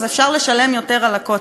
אז אפשר לשלם יותר על הקוטג'.